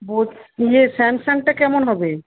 বলছি যে স্যামসাংটা কেমন হবে